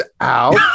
out